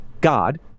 God